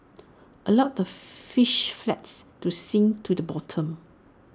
allow the fish flakes to sink to the bottom